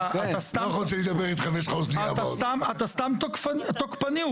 אתה סתם תוקפני,